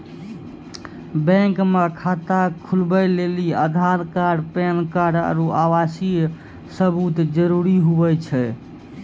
bank मे खाता खोलबै लेली आधार कार्ड पैन कार्ड आरू आवासीय सबूत जरुरी हुवै छै